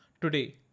today